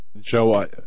Joe